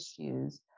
issues